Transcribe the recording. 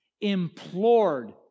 Implored